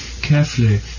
carefully